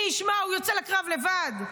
מי ישמע, הוא יוצא לקרב לבד.